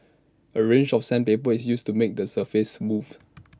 A range of sandpaper is used to make the surface smooth